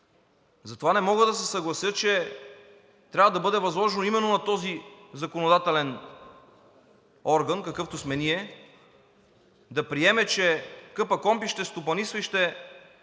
Затова не мога да се съглася, че трябва да бъде възложено именно на този законодателен орган, какъвто сме ние, да приеме, че КПКОНПИ ще стопанисва и ще